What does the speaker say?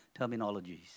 terminologies